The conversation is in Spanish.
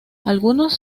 algunos